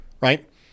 right